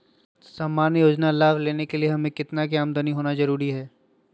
सामान्य योजना लाभ लेने के लिए हमें कितना के आमदनी होना जरूरी है?